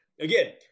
Again